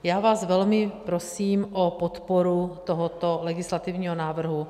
Já vás velmi prosím o podporu tohoto legislativního návrhu.